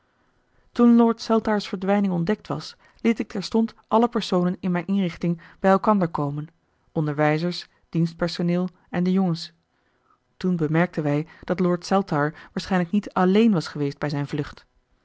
toen lord saltire's verdwijning ontdekt was liet ik terstond alle personen in mijn inrichting bij elkander komen onderwijzers dienstpersoneel en de jongens toen bemerkten wij dat lord saltire waarschijnlijk niet alleen was geweest bij zijn vlucht